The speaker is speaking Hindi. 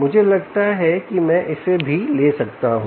मुझे लगता है कि मैं इसे भी ले सकता हूं